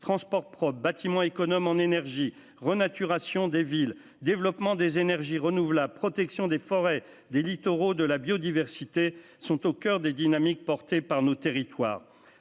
transports propres bâtiments économes en énergie renaturation des villes, développement des énergies renouvelables, protection des forêts des littoraux de la biodiversité sont au coeur des dynamiques porté par nos territoires,